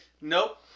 Nope